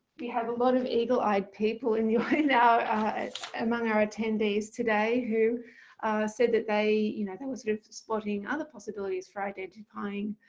we have a lot of eagle-eyed people and you know among our attendees today who said that they you know were sort of spotting other possibilities for identifying